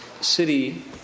city